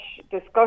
discussion